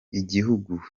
igihugu